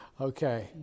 Okay